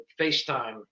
FaceTime